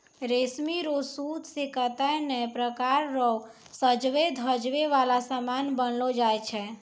रेशमी रो सूत से कतै नै प्रकार रो सजवै धजवै वाला समान बनैलो जाय छै